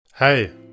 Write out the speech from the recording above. Hey